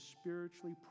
spiritually